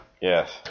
Yes